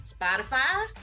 Spotify